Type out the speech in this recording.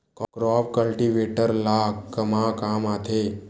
Crop cultivator ला कमा काम आथे?